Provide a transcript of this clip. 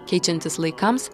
keičiantis laikams